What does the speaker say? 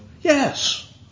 Yes